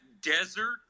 desert